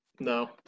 No